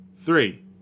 Three